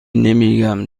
نمیگم